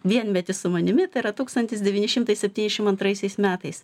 vienmetis su manimi tai yra tūkstantis devyni šimtai septyniasšim antraisiais metais